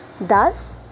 Thus